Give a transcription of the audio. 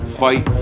fight